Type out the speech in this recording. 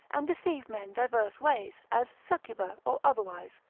and deceive men divers ways, as succuba, or otherwise,